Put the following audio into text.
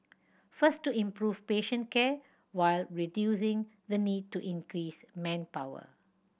first to improve patient care while reducing the need to increase manpower